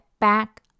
back